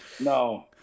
No